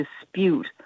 dispute